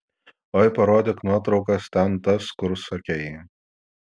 oi parodyk nuotraukas ten tas kur sakei